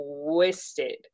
twisted